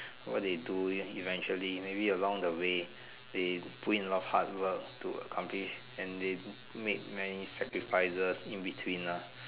what they do eventually maybe along the way they put in a lot of hard work to accomplish and they make many sacrifices in between lah